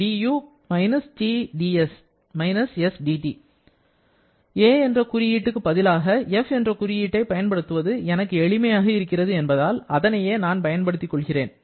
a என்ற குறியீட்டுக்கு பதிலாக f என்ற குறியீட்டை பயன்படுத்துவது எனக்கு எளிமையாக இருக்கிறது என்பதால் அதனையே நான் பயன்படுத்திக் கொள்கிறேன்